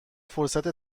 فرصت